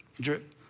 drip